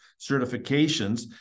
certifications